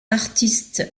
artistes